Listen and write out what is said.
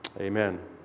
Amen